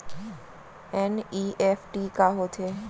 NEFT का होथे?